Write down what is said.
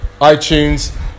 iTunes